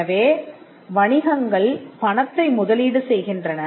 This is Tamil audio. எனவே வணிகங்கள் பணத்தை முதலீடு செய்கின்றன